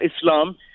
Islam